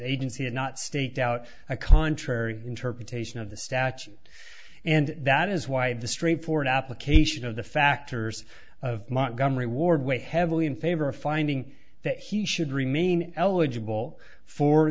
agency had not staked out a contrary interpretation of the statute and that is why the straightforward application of the factors of montgomery ward weigh heavily in favor of finding that he should remain eligible for